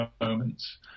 moments